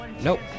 Nope